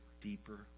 deeper